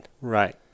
Right